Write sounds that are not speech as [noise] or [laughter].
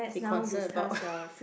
be concern about [laughs]